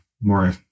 more